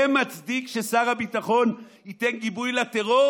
זה מצדיק ששר הביטחון ייתן גיבוי לטרור?